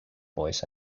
voice